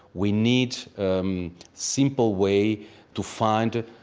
we need um simple way to find ah